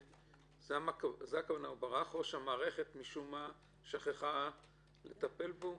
והכוונה שהוא ברח או שהמערכת שכחה לטפל בו?